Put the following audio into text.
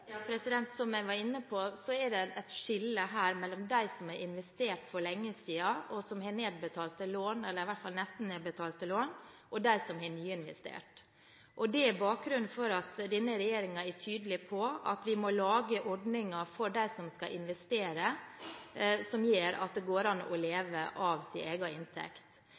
Som jeg var inne på, er det et skille her mellom dem som har investert for lenge siden, og som har nedbetalte lån – eller i hvert fall nesten nedbetalte lån – og dem som har nyinvestert. Det er bakgrunnen for at denne regjeringen er tydelig på at vi må lage ordninger for dem som skal investere, som gjør at det går an å leve av sin egen inntekt.